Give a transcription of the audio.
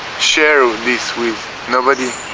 share this with nobody